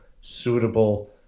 suitable